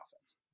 offense